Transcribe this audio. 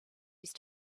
used